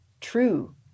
true